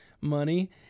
money